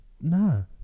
No